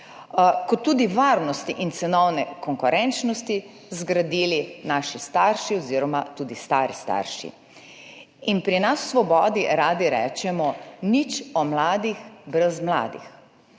kot tudi varnosti in cenovne konkurenčnosti, zgradili naši starši oziroma tudi stari starši. Pri nas v Svobodi radi rečemo, nič o mladih brez mladih.